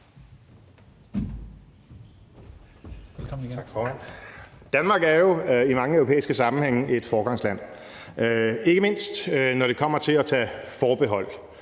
Danmark er jo i mange europæiske sammenhænge et foregangsland, ikke mindst når det kommer til at tage forbehold.